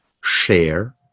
share